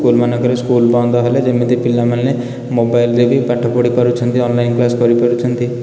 ସ୍କୁଲମାନଙ୍କରେ ସ୍କୁଲ୍ ବନ୍ଦ ହେଲେ ଯେମିତି ପିଲାମାନେ ମୋବାଇଲ୍ରେ ବି ପାଠ ପଢ଼ି ପାରୁଛନ୍ତି ଅନଲାଇନ୍ କ୍ଲାସ୍ କରି ପାରୁଛନ୍ତି